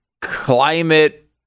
climate